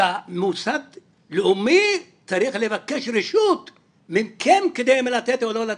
שמוסד לאומי צריך לבקש רשות מכם כדי לתת או לא לתת.